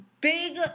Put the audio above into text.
big